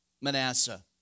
Manasseh